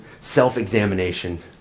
self-examination